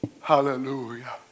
Hallelujah